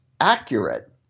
accurate